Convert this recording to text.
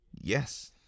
Yes